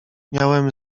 miałem